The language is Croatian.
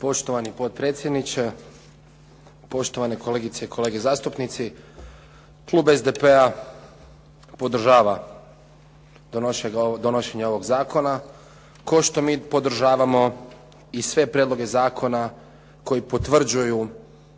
Poštovani potpredsjedniče, poštovane kolegice i kolege zastupnici. Klub SDP-a podržava donošenje ovog zakona kao što mi podržavamo i sve prijedloge zakona koji potvrđuju